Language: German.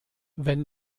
wenn